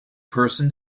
person